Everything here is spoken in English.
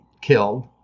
killed